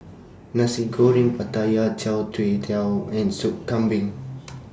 Nasi Goreng Pattaya Chai Tow Kuay and Sop Kambing